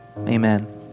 amen